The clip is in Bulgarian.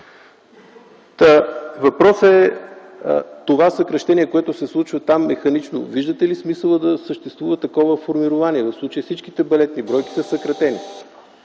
Въпросът е за това съкращение, което се случва там механично – виждате ли смисъла да съществува такова формирование? В случая всичките балетни бройки са съкратени.